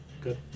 Good